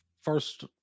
first